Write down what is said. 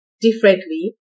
differently